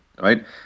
right